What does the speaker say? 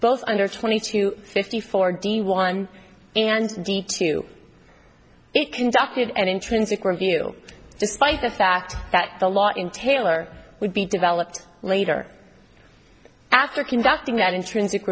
both under twenty to fifty four d one and two it conducted an intrinsic review despite the fact that the law in taylor would be developed later after conducting that intrinsic